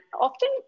often